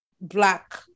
Black